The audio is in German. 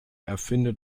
erfinde